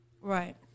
Right